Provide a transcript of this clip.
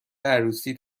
عروسی